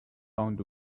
found